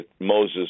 Moses